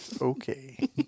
Okay